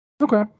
Okay